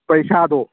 ꯄꯩꯁꯥꯗꯣ